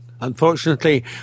unfortunately